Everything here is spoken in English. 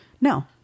No